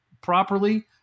properly